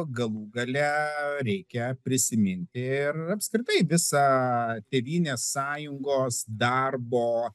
galų gale reikia prisiminti ir apskritai visą tėvynės sąjungos darbo